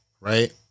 right